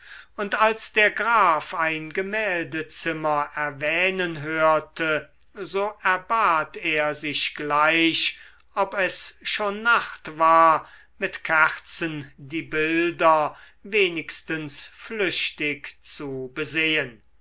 und als der graf ein gemäldezimmer erwähnen hörte so erbat er sich gleich ob es schon nacht war mit kerzen die bilder wenigstens flüchtig zu besehen